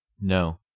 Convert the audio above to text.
No